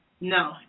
No